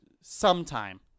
sometime